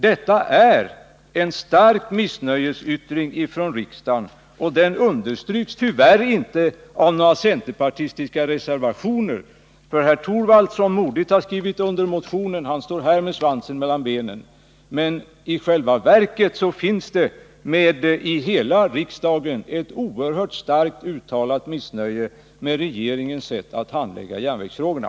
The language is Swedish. Detta är en stark missnöjesyttring från riksdagen, men den understryks tyvärr inte av några centerpartistiska reservationer. Herr Torwald, som modigt har skrivit under motionen, står nu här med svansen mellan benen. I själva verket finns i hela riksdagen ett oerhört starkt uttalat missnöje med regeringens sätt att handlägga järnvägsfrågorna.